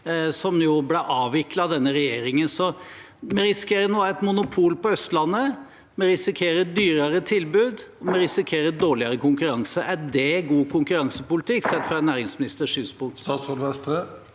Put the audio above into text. som jo ble avviklet av denne regjeringen. Så nå risikerer vi et monopol på Østlandet, vi risikerer et dyrere tilbud, og vi risikerer dårligere konkurranse. Er det god konkurransepolitikk, sett fra en næringsministers synspunkt?